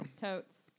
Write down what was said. Totes